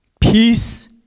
peace